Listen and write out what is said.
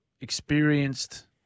experienced